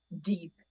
deep